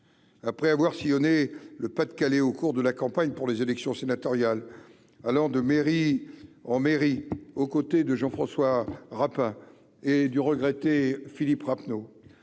après avoir sillonné le Pas-de-Calais au cours de la campagne pour les élections sénatoriales alors de mairie en mairie, aux côtés de Jean-François Rapin et du regretté Philippe Rappeneau,